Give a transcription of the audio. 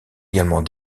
également